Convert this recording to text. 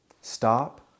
Stop